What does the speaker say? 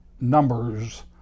numbers